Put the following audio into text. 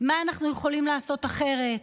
מה אנחנו יכולים לעשות אחרת,